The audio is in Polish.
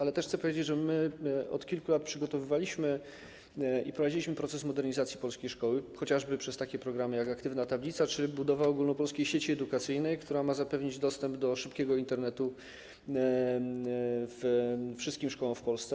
Chcę też powiedzieć, że od kilku lat przygotowywaliśmy i prowadziliśmy proces modernizacji polskiej szkoły, chociażby przez takie programy, jak „Aktywna tablica” czy budowa Ogólnopolskiej Sieci Edukacyjnej, która ma zapewnić dostęp do szybkiego Internetu wszystkim szkołom w Polsce.